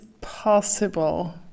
possible